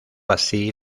así